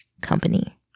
company